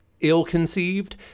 ill-conceived